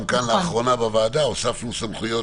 גם כאן לאחרונה בוועדה הוספנו סמכויות